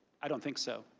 i don't think so.